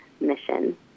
mission